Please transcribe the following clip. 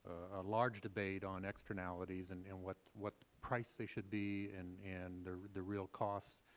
a large debate on externalities and and what what price they should be and and the real cost.